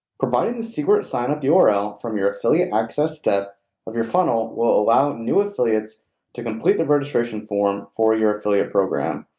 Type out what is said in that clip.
providing the secret sign up url from your affiliate access step of your funnel, will allow new affiliates to complete the registration form for your affiliate program,